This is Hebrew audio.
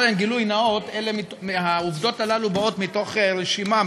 קודם גילוי נאות: העובדות הללו באות מתוך רשימה,